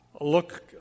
look